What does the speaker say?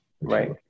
Right